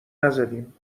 نزدیم